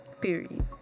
Period